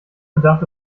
bedarf